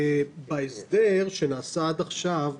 בהסדר שנעשה עד עכשיו,